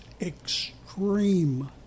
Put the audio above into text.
extreme